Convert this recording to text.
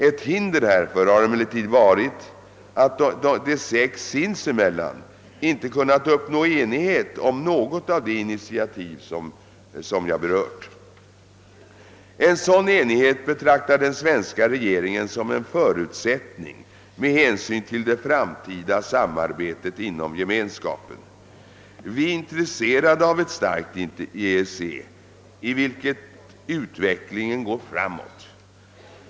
Ett hinder härför har emellertid varit att De sex sinsemellan inte kunnat uppnå enighet om något av de initiativ jag berört. En sådan enighet betraktar den svenska regeringen som en förutsättning med hänsyn till det framtida samarbetet inom Gemenskapen. Vi är intresserade av ett starkt EEC, i vilket utvecklingen går framåt.